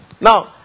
Now